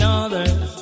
others